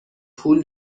پول